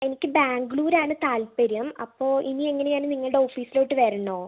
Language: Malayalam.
എനിക്ക് ബാംഗ്ലൂര് ആണ് താല്പര്യം അപ്പോൾ ഇനി എങ്ങനെയാണ് നിങ്ങളുടെ ഓഫീസിലോട്ട് വരണോ